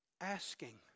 asking